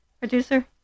producer